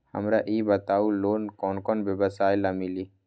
हमरा ई बताऊ लोन कौन कौन व्यवसाय ला मिली?